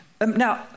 Now